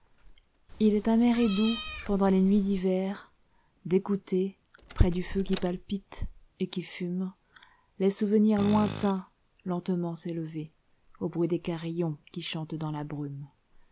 il est amer et doux pendant les nuits d'hiver d'écouter près du feu qui palpite et qui fume les souvenirs lointains lentement s'éleverau bruit des carillons qui chantent dans la brume